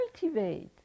cultivate